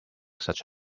such